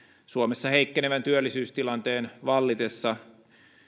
suomessa heikkenevän työllisyystilanteen vallitessa